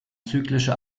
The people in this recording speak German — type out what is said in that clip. zyklische